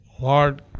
Lord